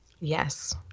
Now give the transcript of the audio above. Yes